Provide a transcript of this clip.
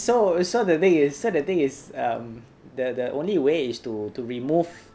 so so the thing is so the thing is um the the only way is to to remove